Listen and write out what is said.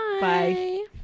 Bye